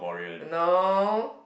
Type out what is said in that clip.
no